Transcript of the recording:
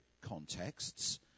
contexts